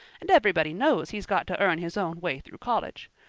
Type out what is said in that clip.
and everybody knows he's got to earn his own way through college.